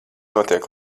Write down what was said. notiek